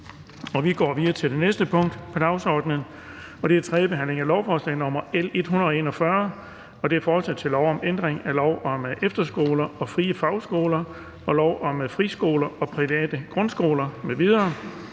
statsministeren. --- Det næste punkt på dagsordenen er: 7) 3. behandling af lovforslag nr. L 141: Forslag til lov om ændring af lov om efterskoler og frie fagskoler og lov om friskoler og private grundskoler m.v.